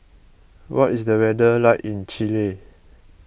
what is the weather like in Chile